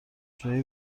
جویی